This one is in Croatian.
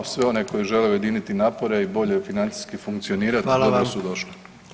Sve one koji žele ujediniti napore i bolje financijski funkcionirati dobro [[Upadica: Hvala vam.]] su došli.